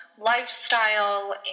lifestyle